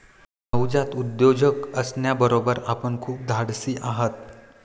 नवजात उद्योजक असण्याबरोबर आपण खूप धाडशीही आहात